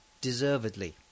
Deservedly